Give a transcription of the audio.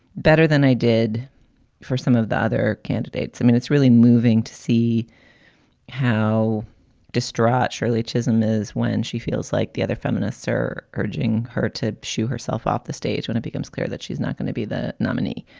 better than i did for some of the other candidates. i mean, it's really moving to see how distraught shirley chisholm is when she feels like the other feminists are urging her to shoot herself off the stage when it becomes clear that she's not going to be the nominee.